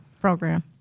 program